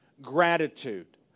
Gratitude